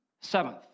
Seventh